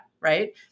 right